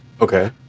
Okay